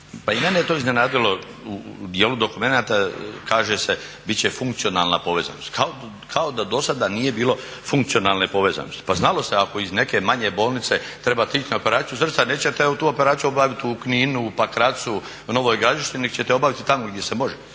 i mene je to iznenadilo u dijelu dokumenata kaže se bit će funkcionalna povezanost kao da do sada nije bilo funkcionalne povezanosti. Pa znalo se ako iz neke manje bolnice trebate ići na operaciju srca nećete tu operaciju obaviti u Kninu, u Pakracu, Novoj Gradišci nego ćete obaviti tamo gdje se može.